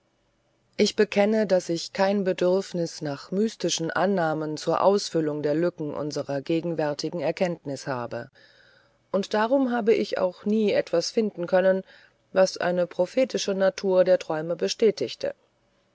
ich bekenne daß ich kein bedürfnis nach mystischen annahmen zur ausfüllung der lücken unserer gegenwärtigen erkenntnis habe und darum habe ich auch nie etwas finden können was eine prophetische natur der träume bestätigte